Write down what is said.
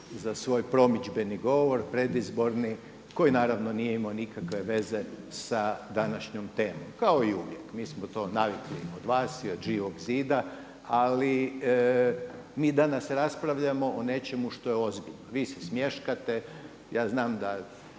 za svoj promidžbeni govor, predizborni koji nije imao nikakve veze sa današnjom temom kao i uvijek. Mi smo to navikli od vas i od Živog zida, ali mi danas raspravljamo o nečemu što je ozbiljno. Vi se smješkate. Ja znam da